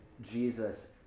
Jesus